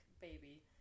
baby